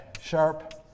Sharp